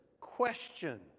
question